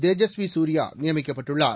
தேஜஸ்வி சூர்யா நியமிக்கப்பட்டுள்ளார்